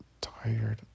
tired